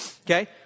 Okay